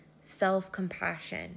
self-compassion